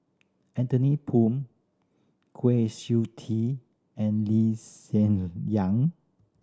Anthony Poon Kwa Siew Tee and Lee Hsien Yang